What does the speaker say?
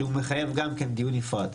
שמחייבת גם דיון נפרד.